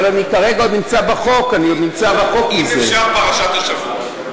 אבל אני כרגע עוד נמצא בחוק, אני נמצא בחוק עם זה.